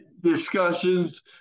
discussions